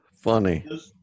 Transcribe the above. funny